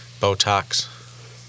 Botox